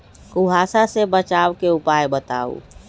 कुहासा से बचाव के उपाय बताऊ?